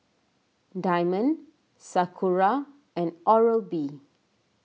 Diamond Sakura and Oral B